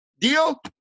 Deal